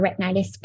retinitis